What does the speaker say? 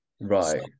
Right